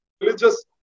religious